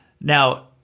Now